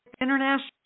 international